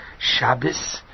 Shabbos